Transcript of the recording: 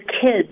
kids